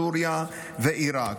סוריה ועיראק.